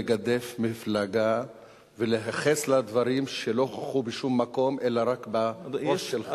לגדף מפלגה ולייחס לה דברים שלא הוכחו בשום מקום אלא רק בראש שלך.